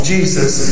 Jesus